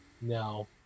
No